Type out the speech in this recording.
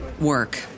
work